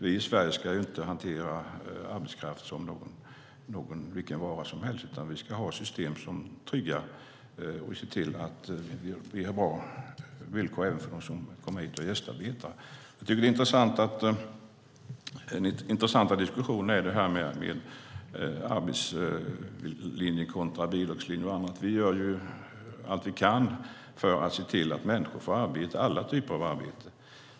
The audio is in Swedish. Vi i Sverige ska ju inte hantera arbetskraft som vilken vara som helst, utan vi ska ha system som tryggar och ser till att vi ger bra villkor även till dem som gästarbetar. Jag tycker att den intressanta diskussionen handlar om arbetslinjen kontra bidragslinjen. Vi gör allt vi kan för att se till att människor får arbete - alla typer av arbete.